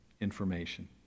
information